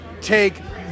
take